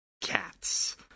Cats